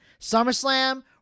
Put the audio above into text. SummerSlam